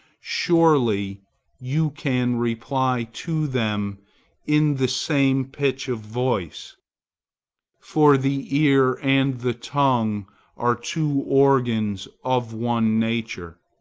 surely you can reply to them in the same pitch of voice for the ear and the tongue are two organs of one nature.